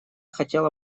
хотела